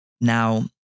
Now